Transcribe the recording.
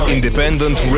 Independent